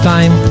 Time